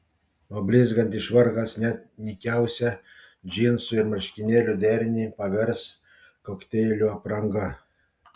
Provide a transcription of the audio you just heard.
o blizgantis švarkas net nykiausią džinsų ir marškinėlių derinį pavers kokteilių apranga